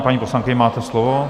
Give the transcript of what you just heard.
Paní poslankyně, máte slovo.